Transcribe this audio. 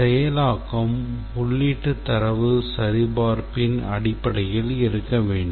செயலாக்கம் உள்ளீட்டு தரவு சரிபார்ப்பின் அடிப்படையில் இருக்க வேண்டும்